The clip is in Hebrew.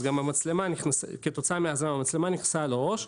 אז כתוצאה מהזרם המצלמה נכנסה לו לראש,